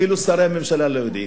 אפילו שרי ממשלה לא יודעים.